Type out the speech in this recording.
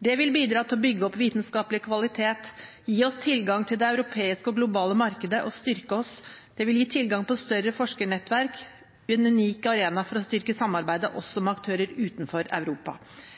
Det vil bidra til å bygge opp vitenskapelig kvalitet. Det vil gi oss økt tilgang til det europeiske og det globale markedet og dermed styrke oss. Det vil gi tilgang på større forskernettverk. Det vil gi oss en unik arena for å styrke samarbeidet også med aktører utenfor Europa.